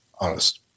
honest